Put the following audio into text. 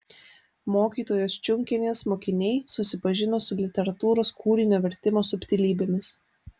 mokytojos čiunkienės mokiniai susipažino su literatūros kūrinio vertimo subtilybėmis